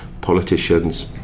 politicians